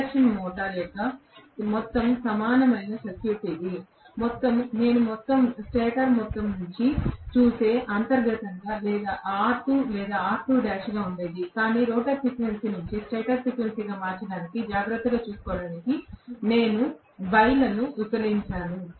induction motor యొక్క మొత్తం సమానమైన సర్క్యూట్ ఇది నేను స్టేటర్ వైపు నుండి చూస్తే అంతర్గతంగా R2 లేదా R2' ఉండేది కాని రోటర్ ఫ్రీక్వెన్సీ నుండి స్టేటర్ ఫ్రీక్వెన్సీగా మార్చడాన్ని జాగ్రత్తగా చూసుకోవటానికి నేను బైలను విభజించాను